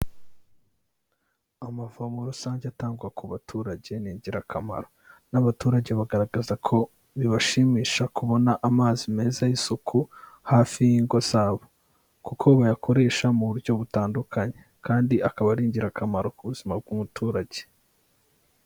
Amavomo rusange atangwa ku baturage ni ingirakamaro. N'abaturage bagaragaza ko bibashimisha kubona amazi meza y'isuku hafi y'ingo zabo. Kuko bayakoresha mu buryo butandukanye. Kandi akaba ari ingirakamaro ku buzima bw'umuturage.